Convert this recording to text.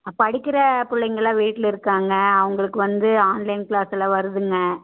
படிக்கிற பிள்ளைங்கெல்லாம் வீட்டில் இருக்காங்க அவங்களுக்கு வந்து ஆன்லைன் க்ளாஸ்ஸெல்லாம் வருதுங்க